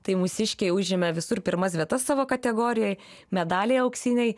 tai mūsiškiai užėmė visur pirmas vietas savo kategorijoj medaliai auksiniai